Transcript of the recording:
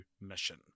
mission